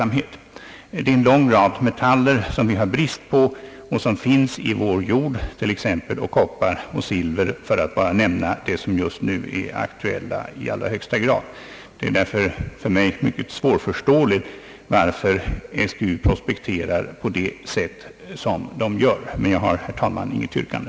Vi lider brist på en lång rad metaller som finns i vår jord, t.ex. koppar och silver, för att-nämna ett par av de mest aktuella. Därför är det för mig mycket svårförståeligt att SGU prospekterar på det sätt som sker. Emellertid har jag, herr talman, inget yrkande.